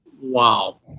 wow